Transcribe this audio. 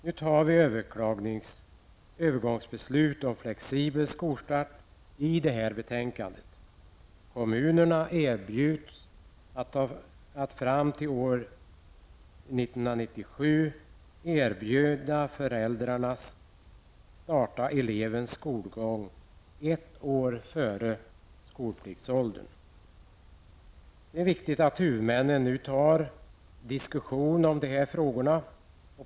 Nu tar vi övergångsbeslut om flexibel skolstart i detta betänkande. Kommunena erbjuds att fram till år 1997 erbjuda föräldrarna starta elevens skolgång ett år före skolpliktsåldern. Det är viktigt att huvudmännen nu tar diskussionen om de här frågorna.